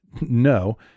No